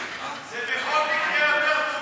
זה בכל מקרה יותר,